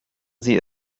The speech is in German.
sie